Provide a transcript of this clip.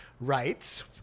rights